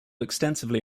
extensively